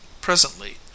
Presently